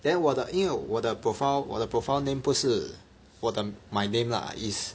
then 我的因为我的 profile 我的 profile name 不是我的 my name lah is